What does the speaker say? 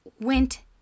went